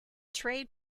trade